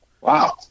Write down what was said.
Wow